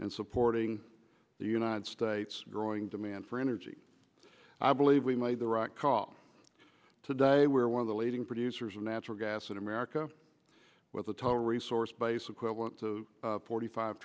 and supporting the united states growing demand for energy i believe we made the right call today where one of the leading producers of natural gas in america with a total resource base equivalent to forty five